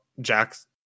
Jack's